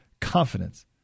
confidence